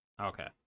okay